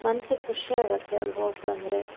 ಮನ್ಸಿಗೆ ಖುಷಿ ಆಗುತ್ತೆ ಅಲ್ಲಿ ಹೋಗಿ ಬಂದರೆ